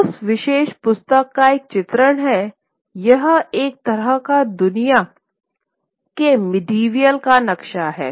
यह उस विशेष पुस्तक का एक चित्रण है यह एक तरह का दुनिया के मिडिवल का नक्शा हैं